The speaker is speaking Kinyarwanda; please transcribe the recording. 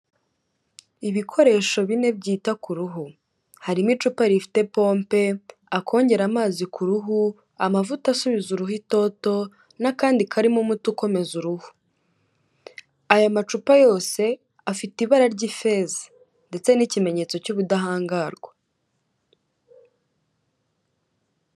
Ibikoresho bine byita ku ruhu, harimo icupa rifite pompe, akongera amazi ku ruhu, amavuta asubiza uruhu itoto n'akandi karimo umuti ukomeza uruhu, aya macupa yose afite ibara ry'ifeza ndetse n'ikimenyetso cy'ubudahangarwa.